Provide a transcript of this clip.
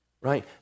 right